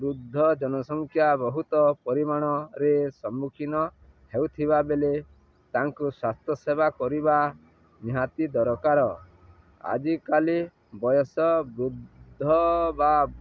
ବୃଦ୍ଧ ଜନସଂଖ୍ୟା ବହୁତ ପରିମାଣରେ ସମ୍ମୁଖୀନ ହେଉଥିବା ବେଲେ ତାଙ୍କୁ ସ୍ୱାସ୍ଥ୍ୟ ସେବା କରିବା ନିହାତି ଦରକାର ଆଜିକାଲି ବୟସ ବୃଦ୍ଧ ବା